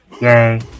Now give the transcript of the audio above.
Yay